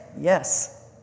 Yes